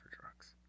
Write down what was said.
drugs